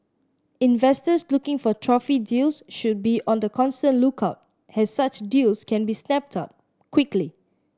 investors looking for trophy deals should be on the constant lookout as such deals can be snapped up quickly